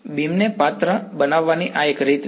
beam ને પાત્ર બનાવવાની આ એક રીત છે